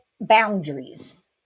boundaries